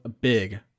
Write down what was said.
big